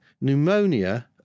pneumonia